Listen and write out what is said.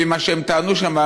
לפי מה שהם טענו שם,